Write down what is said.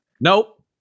Nope